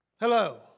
Hello